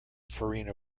farina